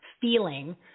feeling